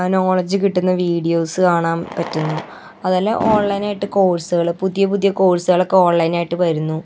knowledge കിട്ടുന്ന videos കാണാൻ പറ്റുന്നു അതല്ലെ ഓൺലൈനായിട്ട് കോഴ്സുകൾ പുതിയ പുതിയ കോഴ്സുകളൊക്കെ ഓൺലൈനായിട്ട് വരുന്നു